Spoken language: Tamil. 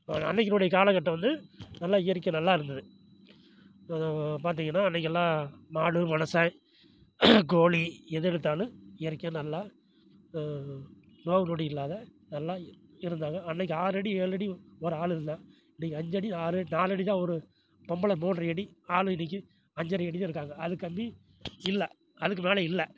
அன்னைக்கினுடைய காலகட்டம் வந்து நல்லா இயற்கை நல்லா இருந்தது அதாவது பார்த்திங்கன்னா இன்னைக்கு எல்லாம் மாடு மனுசன் கோழி எது எடுத்தாலும் இயற்கையாக நல்லா நோவு நொடி இல்லாத நல்லா இர் இருந்தாங்கள் அன்னைக்கு ஆறடி ஏழடி ஒரு ஒரு ஆள் இருந்தான் இன்னைக்கு அஞ்சடி ஆறடி நாலடி தான் ஒரு பொம்பளை மூன்ற அடி ஆணு இன்னைக்கு அஞ்சரை அடி தான் இருக்காங்கள் அதுக்காண்டி இல்லை அதுக்கு மேலே இல்லை